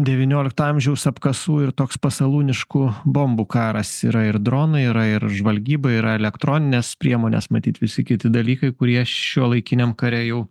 devyniolikto amžiaus apkasų ir toks pasalūniškų bombų karas yra ir dronai yra ir žvalgyba yra elektroninės priemonės matyt visi kiti dalykai kurie šiuolaikiniam kare jau